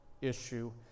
issue